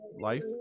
life